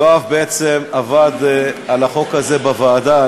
יואב בעצם עבד על החוק הזה בוועדה.